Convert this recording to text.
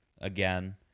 again